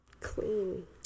clean